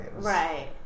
Right